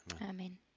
Amen